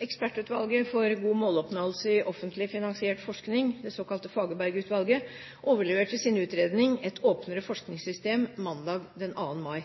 Ekspertutvalget for god måloppnåelse i offentlig finansiert forskning, det såkalte Fagerberg-utvalget, overleverte sin utredning «Et åpnere forskningssystem» mandag den 2. mai.